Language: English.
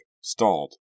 stalled